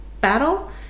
battle